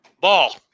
Ball